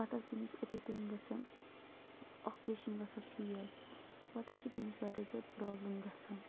پَتہٕ حظ تٔمِس اِتھَے کٔنۍ گژھان آپریشَن گژھان فیل پَتہٕ حظ چھِ تٔمِس واریاہ زیادٕ پرابلِم گژھان